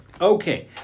Okay